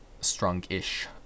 strongish